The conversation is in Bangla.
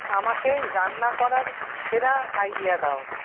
আমাকে রান্না করার সেরা আইডিয়া দাও